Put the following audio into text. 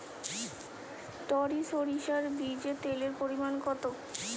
টরি সরিষার বীজে তেলের পরিমাণ কত?